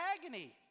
agony